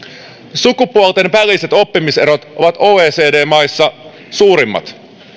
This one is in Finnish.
sukupuolten väliset oppimiserot ovat oecd maiden suurimmat